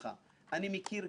חוקים שהעברתי פה,